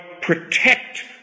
protect